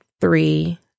three